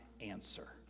answer